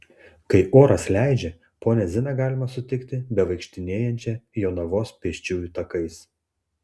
kai oras leidžia ponią ziną galima sutikti bevaikštinėjančią jonavos pėsčiųjų takais